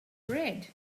bread